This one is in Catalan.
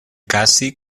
cassi